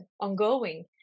ongoing